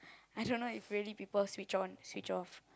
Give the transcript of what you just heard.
I don't know if really people switch on switch off